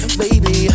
baby